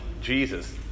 Jesus